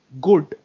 good